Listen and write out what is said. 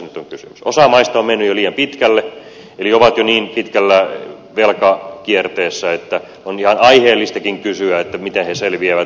osa maista on mennyt jo liian pitkälle eli ne ovat jo niin pitkällä velkakierteessä että on ihan aiheellistakin kysyä miten ne selviävät